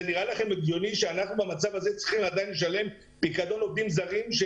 זה נראה לכם הגיוני שבמצב הזה אנחנו צריכים לשלם פיקדון עובדים זרים,